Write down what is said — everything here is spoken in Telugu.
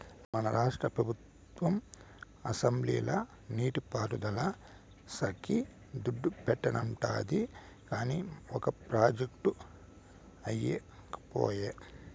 మన రాష్ట్ర పెబుత్వం అసెంబ్లీల నీటి పారుదల శాక్కి దుడ్డు పెట్టానండాది, కానీ ఒక ప్రాజెక్టు అవ్యకపాయె